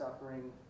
suffering